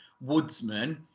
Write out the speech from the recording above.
woodsman